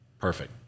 perfect